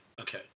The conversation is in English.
okay